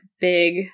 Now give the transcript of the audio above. big